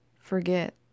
forget